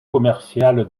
commerciale